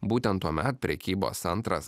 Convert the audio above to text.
būtent tuomet prekybos centras